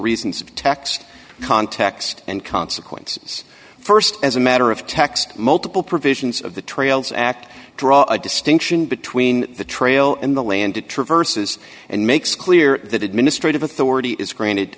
reasons of text context and consequences st as a matter of text multiple provisions of the trails act draw a distinction between the trail and the land it traverses and makes clear that administrative authority is granted